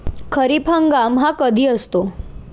खरीप हंगाम हा कधी असतो?